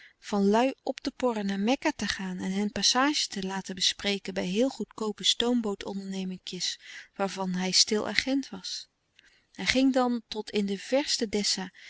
van lui op te porren naar mekka te gaan en hen passage te laten bespreken bij heel goedkoope stoombootonderneminkjes waarvan hij stil agent was hij ging dan tot in de verste dessa